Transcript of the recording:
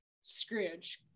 scrooge